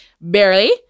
barely